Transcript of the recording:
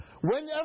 Whenever